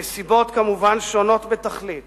הנסיבות כמובן שונות בתכלית